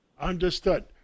Understood